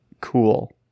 cool